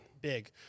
big